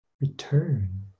return